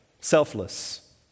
selfless